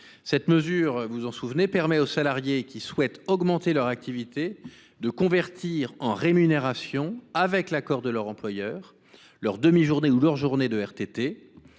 Cette mesure, vous vous en souvenez, permet aux salariés qui souhaitent augmenter leur activité de convertir en rémunération, avec l’accord de leur employeur, leurs demi journées ou journées de